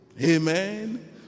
amen